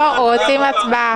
לא, רוצים הצבעה.